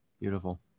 Beautiful